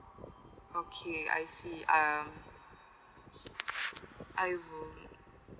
okay I see um I will